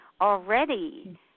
already